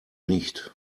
nicht